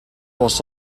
was